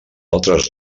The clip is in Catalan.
altres